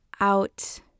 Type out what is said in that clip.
out